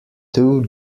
two